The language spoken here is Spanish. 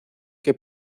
que